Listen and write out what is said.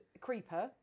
Creeper